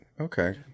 Okay